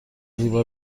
زیبا